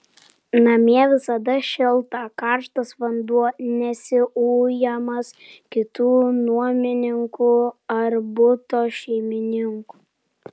namie visada šilta karštas vanduo nesi ujamas kitų nuomininkų ar buto šeimininkų